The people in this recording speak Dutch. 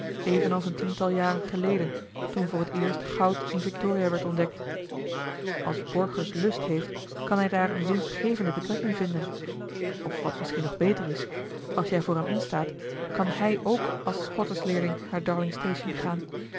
evenals een tiental jaren geleden toen voor het eerst goud in victoria werd ontdekt als borgers lust heeft kan hij daar eene winstgevende betrekking vinden of wat misschien nog beter is als jij voor hem instaat kan hij ook als squattersleerling naar darlingstation gaan